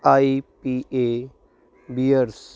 IPA bears